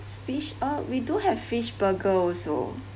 fish uh we do have fish burger also